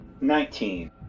Nineteen